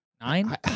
Nine